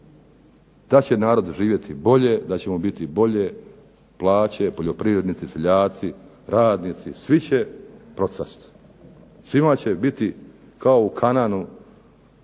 da ćemo biti bolje, da će biti bolje plaće, poljoprivrednici, seljaci, radnici svi će procvasti. Svima će biti kao u Kanaanu,